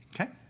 okay